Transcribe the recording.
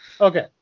Okay